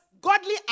godly